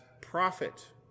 prophet